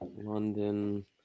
London